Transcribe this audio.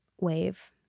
wave